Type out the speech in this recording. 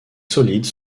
solides